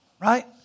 right